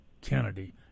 Kennedy